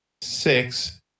six